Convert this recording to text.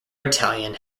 battalion